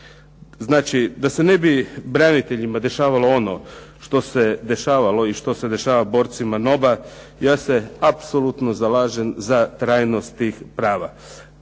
Znači, da se ne bi braniteljima dešavalo ono što se dešavalo i što se dešava borcima NOB-a ja se apsolutno zalažem za trajnost tih prava.